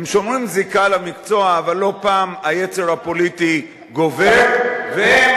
הם שומרים על זיקה למקצוע אבל לא פעם היצר הפוליטי גובר והם,